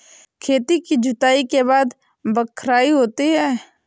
खेती की जुताई के बाद बख्राई होती हैं?